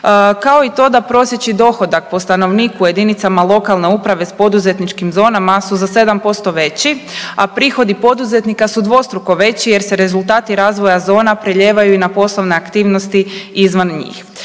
kao i to da prosječni dohodak po stanovniku jedinicama lokalne uprave s poduzetničkim zonama su za 7% veći, a prihodi poduzetnika su dvostruko veći jer se rezultati razvoja zona prelijevaju i na poslovne aktivnosti izvan njih.